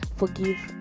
forgive